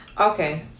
okay